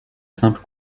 simple